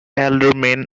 aldermen